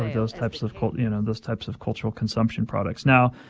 those types of you know, those types of cultural consumption products. now,